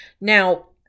Now